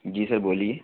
जी sir बोलिए